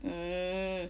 mm